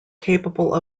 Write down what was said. capable